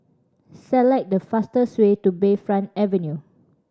select the fastest way to Bayfront Avenue